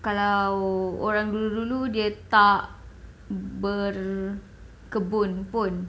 kalau orang dulu-dulu dia tak berkebun pun